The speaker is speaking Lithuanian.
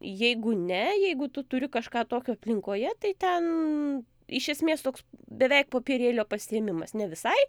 jeigu ne jeigu tu turi kažką tokio aplinkoje tai ten iš esmės toks beveik popierėlio pasiėmimas ne visai